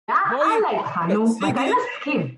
יאללה... בואי... איתך נו, סיגי... מתי להסכים?